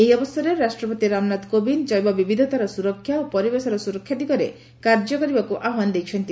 ଏହି ଅବସରରେ ରାଷ୍ଟ୍ରପତି ରାମନାଥ କୋବିନ୍ଦ ଜୈବ ବିବିଧତାର ସୁରକ୍ଷା ଓ ପରିବେଶର ସୁରକ୍ଷା ଦିଗରେ କାର୍ଯ୍ୟ କରିବାକୁ ଆହ୍ୱାନ ଦେଇଛନ୍ତି